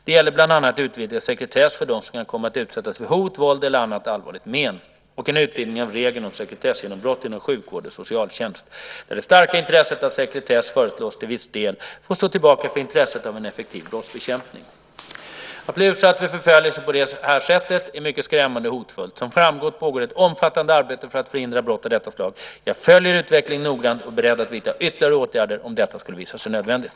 Det gäller bland annat utvidgad sekretess för dem som kan komma att utsättas för hot, våld eller annat allvarligt men, och en utvidgning av regeln om sekretessgenombrott inom sjukvård och socialtjänst, där det starka intresset av sekretess föreslås till viss del få stå tillbaka för intresset av en effektiv brottsbekämpning. Att bli utsatt för förföljelse på det här sättet är mycket skrämmande och hotfullt. Som framgått pågår ett omfattande arbete för att förhindra brott av detta slag. Jag följer utvecklingen noggrant och är beredd att vidta ytterligare åtgärder om detta skulle visa sig nödvändigt.